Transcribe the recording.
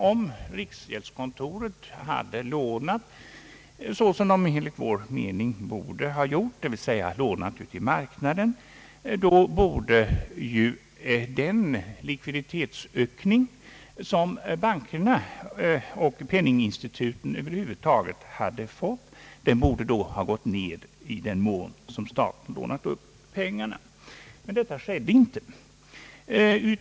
Om riksgäldskontoret hade lånat så, som det enligt vår mening borde gjort — dvs. ute i marknaden — borde den likviditetsökning, som bankerna — och penninginstituten över huvud taget — tillgodoförts, ha gått ned. Detta skedde inte.